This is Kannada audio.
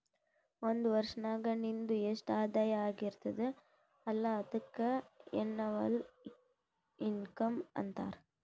ಒಂದ್ ವರ್ಷನಾಗ್ ನಿಂದು ಎಸ್ಟ್ ಆದಾಯ ಆಗಿರ್ತುದ್ ಅಲ್ಲ ಅದುಕ್ಕ ಎನ್ನವಲ್ ಇನ್ಕಮ್ ಅಂತಾರ